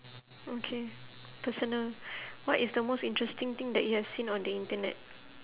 okay personal what is the most interesting thing that you have seen on the internet